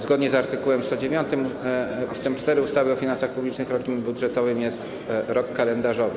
Zgodnie z art. 109 ust. 4 ustawy o finansach publicznych rokiem budżetowym jest rok kalendarzowy.